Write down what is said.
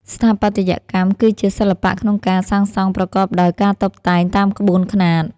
ស្ថាបត្យកម្ម គឺជាសិល្បៈក្នុងការសាងសង់ប្រកបដោយការតុបតែងតាមក្បួនខ្នាត ។